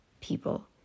people